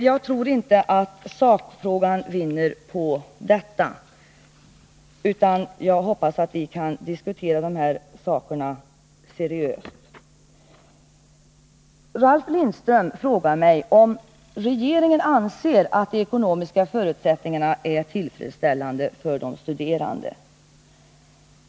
Jag tror inte att sakfrågan vinner på detta, men jag hoppas att vi kan diskutera detta seriöst. Ralf Lindström frågade mig om regeringen anser att de ekonomiska förutsättningarna är tillfredsställande för de studerande.